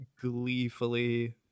gleefully